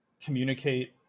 communicate